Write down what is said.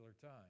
time